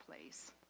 place